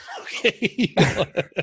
Okay